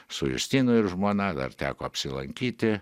su justinu ir žmona dar teko apsilankyti